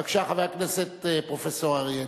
בבקשה, חבר הכנסת פרופסור אריה אלדד.